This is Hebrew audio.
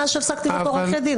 זה תקנות באישור הוועדה?